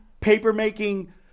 paper-making